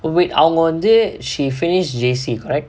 oh wait அவங்க வந்து:avanga vanthu she finish J_C correct